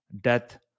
Death